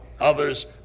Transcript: Others